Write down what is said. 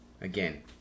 again